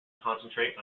concentrate